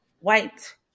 white